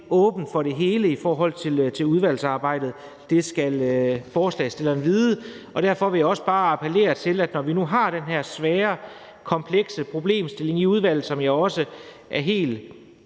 åben for det hele i forbindelse med udvalgsarbejdet, det skal forslagsstillerne vide. Derfor vil jeg også bare appellere til, når vi nu har den her svære, komplekse problemstilling i udvalget – jeg er også helt